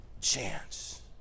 chance